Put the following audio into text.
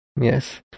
Yes